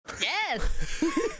Yes